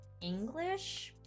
English